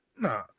nah